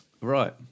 Right